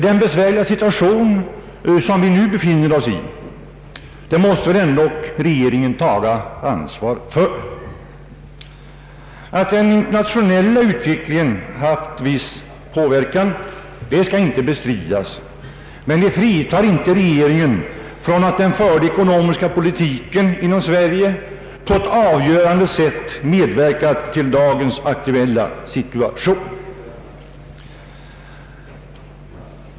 Den besvärliga ekonomiska situation som vi nu befinner oss i måste alltså regeringen helt ta ansvar för. Att den nationella utvecklingen i viss utsträckning har påverkat det uppkomna läget skall inte bestridas, men det fritar inte regeringen från att den förda ekonomiska politiken i Sverige på ett avgörande sätt medverkat till den aktuella situationen.